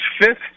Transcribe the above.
fifth